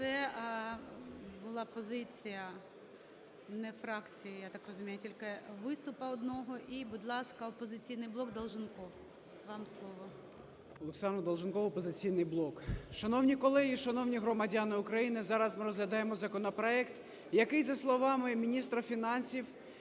Це була позиція не фракції, я так розумію, а тільки виступу одного. І, будь ласка, "Опозиційний блок". Долженков, вам слово. 11:37:25 ДОЛЖЕНКОВ О.В. Олександр Долженков, "Опозиційний блок". Шановні колеги, шановні громадяни України, зараз ми розглядаємо законопроект, який за словами міністра фінансів,